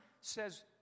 says